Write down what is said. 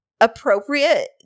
appropriate